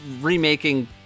remaking